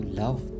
love